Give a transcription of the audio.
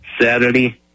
Saturday